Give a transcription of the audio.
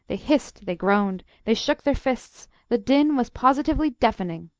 they hissed, they groaned, they shook their fists the din was positively deafening.